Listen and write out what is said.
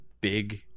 big